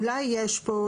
אולי יש פה,